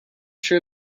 sure